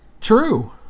True